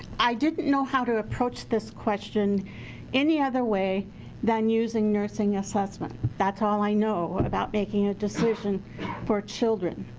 i didn't know how to approach this question any other way than using nursing assessment. that's all i know about making a decision for children.